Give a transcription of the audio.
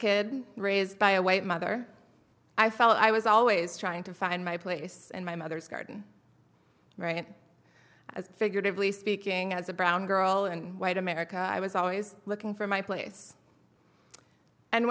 kid raised by a white mother i felt i was always trying to find my place and my mother's garden right as figurative least speaking as a brown girl and white america i was always looking for my place and